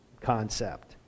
concept